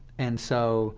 and so